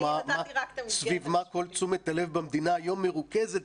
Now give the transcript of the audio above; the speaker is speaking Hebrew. היום סביב מה כל תשומת הלב במדינה מרוכזת?